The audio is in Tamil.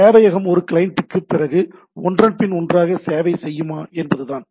சேவையகம் ஒரு கிளையண்ட்டுக்குப் பிறகு ஒன்றன்பின் ஒன்றாக சேவை செய்யுமா என்பதுதான்